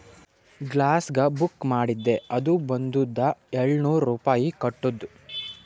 ಗ್ಯಾಸ್ಗ book ಮಾಡಿದ್ದೆ ಅದು ಬಂದುದ ಏಳ್ನೂರ್ ರುಪಾಯಿ ಕಟ್ಟುದ್